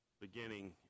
beginning